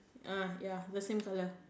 uh ya the same colour